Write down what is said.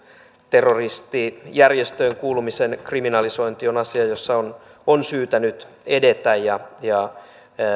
terroristijärjestöön kuulumisen kriminalisointi on asia jossa on on syytä nyt edetä